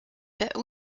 but